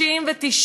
69,